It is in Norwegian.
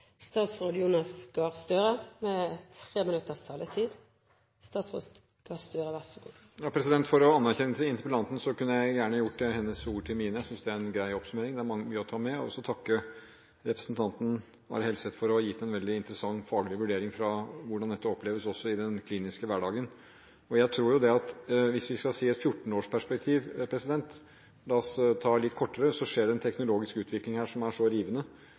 Jeg synes det er en grei oppsummering. Det er mye å ta med. Så vil jeg gjerne takke representanten Are Helseth for å ha gitt en veldig interessant faglig vurdering av hvordan dette oppleves i den kliniske hverdagen. Jeg tror at hvis vi skal se dette i et 14-årsperspektiv – la oss ta et litt kortere perspektiv – skjer det her en teknologisk utvikling som er rivende. Jeg har vært omkring på mange norske sykehjem og rehabiliteringsinstitusjoner og sett hva som nå gjøres med teknologi på dette området, også med overføringsteknologi. Så